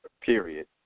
period